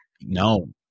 No